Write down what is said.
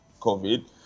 COVID